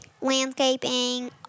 landscaping